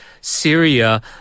Syria